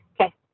Okay